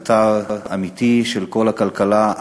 קטר אמיתי של כל הכלכלה,